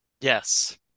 Yes